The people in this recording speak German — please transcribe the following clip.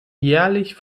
jährlich